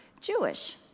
Jewish